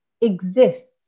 exists